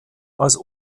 als